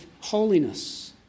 holiness